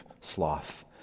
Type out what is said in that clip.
sloth